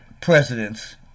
presidents